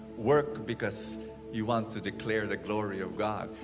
work, because you want to declare the glory of god.